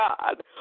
God